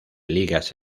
ligas